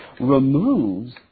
removes